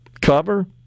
cover